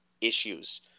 issues